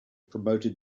promoted